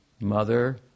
Mother